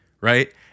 right